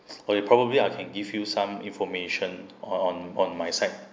oh ya probably I can give you some information on on my side